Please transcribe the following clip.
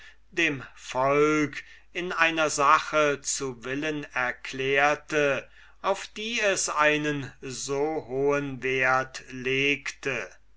dem volk in einer sache zu willen erklärte auf die es einen so hohen wert legte